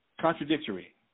contradictory